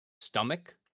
stomach